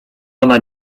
ona